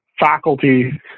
faculty